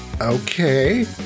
Okay